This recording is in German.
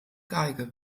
geige